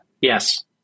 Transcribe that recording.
Yes